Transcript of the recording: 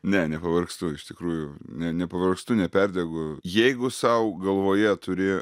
ne nepavargstu iš tikrųjų ne nepavargstu neperdegu jeigu sau galvoje turi